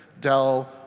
dell,